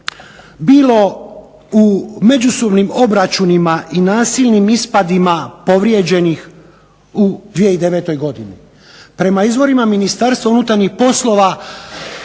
bilo u međusobnim obračunima i nasilnim ispadima povrijeđenih u 2009. godini? Prema izvorima Ministarstva unutarnjih poslova